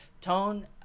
Tone